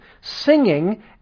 singing